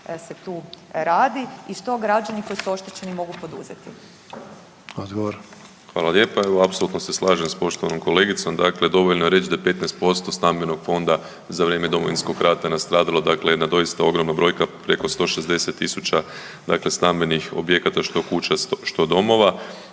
se tu radi i što građani koji su oštećeni mogu poduzeti. **Sanader, Ante (HDZ)** Odgovor. **Habijan, Damir (HDZ)** Hvala lijepa. Evo apsolutno se slažem s poštovanom kolegicom. Dakle, dovoljno je reći da je 15% stambenog fonda za vrijeme Domovinskog rata nastradalo. Dakle, jedna doista ogromna brojka preko 160.000 dakle stambenih objekata što kuća, što domova.